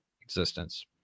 existence